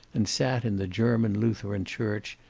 and sat in the german lutheran church,